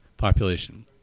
Population